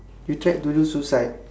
you tried to do suicide